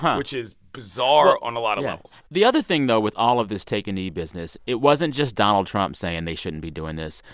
um which is bizarre on a lot of levels the other thing, though, with all of this take a knee business it wasn't just donald trump saying they shouldn't be doing this.